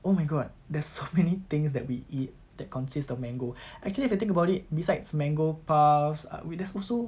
oh my god there's so many things that we eat that consists of mango actually if you think about it besides mango puffs ah we there's also